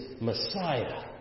Messiah